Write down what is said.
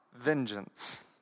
vengeance